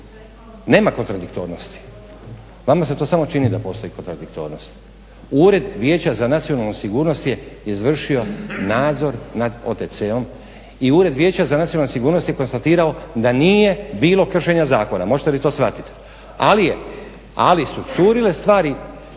Nema kontradiktornosti, vama se to samo čini da postoji kontradiktornost. Ured vijeća za nacionalnu sigurnost je izvršio nadzor nad OTC-om i Ured vijeća za nacionalnu sigurno je konstatirao da nije bilo kršenja zakona. Možete li to shvatiti? Ali su curile stvari